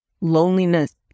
loneliness